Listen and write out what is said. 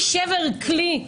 שבר כלי.